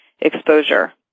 exposure